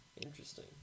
interesting